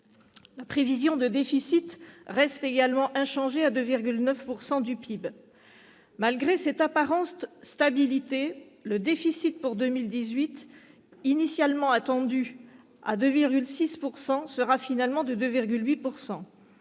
La prévision de déficit reste également inchangée à 2,9 % du PIB. Malgré cette apparente stabilité, le déficit pour 2018, initialement attendu à 2,6 %, sera finalement de 2,8 %.